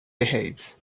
behaves